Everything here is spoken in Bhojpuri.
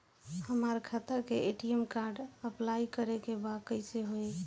हमार खाता के ए.टी.एम कार्ड अप्लाई करे के बा कैसे होई?